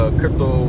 crypto